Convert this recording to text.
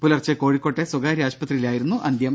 പുലർച്ചെ കോഴിക്കോട്ടെ സ്വകാര്യ ആശുപത്രിയിലായിരുന്നു അന്ത്യം